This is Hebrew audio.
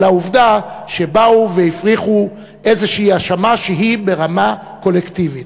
על העובדה שבאו והפריחו איזושהי האשמה שהיא ברמה קולקטיבית.